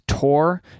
tour